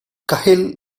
cahill